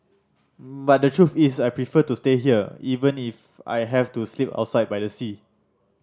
but the truth is I prefer to stay here even if I have to sleep outside by the sea